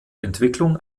entwicklung